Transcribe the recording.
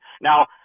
Now